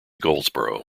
goldsboro